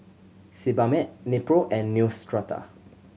Sebamed Nepro and Neostrata